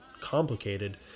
complicated